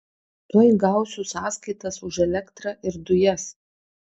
tuoj gausiu sąskaitas už elektrą ir dujas